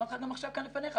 אמרתי לך גם עכשיו כאן לפניך.